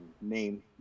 name